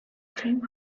trim